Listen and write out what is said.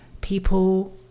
people